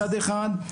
מצד אחד,